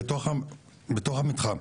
בתוך המתחם.